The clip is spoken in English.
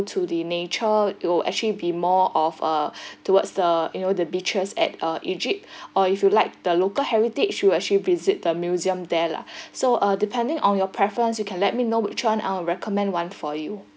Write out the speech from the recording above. to the nature it'll actually be more of uh towards the you know the beaches at uh egypt or if you like the local heritage you actually visit the museum there lah so depending on your preference you can let me know which one I will recommend one for you